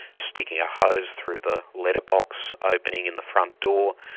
sticking a hose through the letter box opening in the front door,